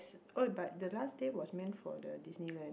oh but the last day was meant for the Disneyland